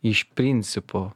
iš principo